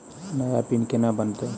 नया पिन केना बनत?